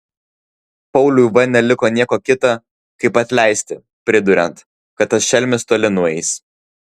pauliui v neliko nieko kita kaip atleisti priduriant kad tas šelmis toli nueis